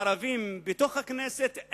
הערבים בתוך הכנסת,